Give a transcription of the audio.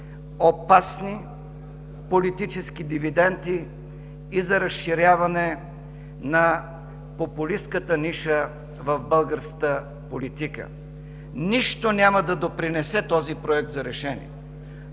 опасни политически дивиденти и за разширяване на популистката ниша в българската политика. Нищо няма да допринесе този Проект за решение!